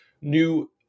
new